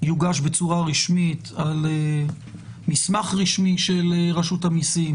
יוגש בצורה רשמית על מסמך רשמי של רשות המיסים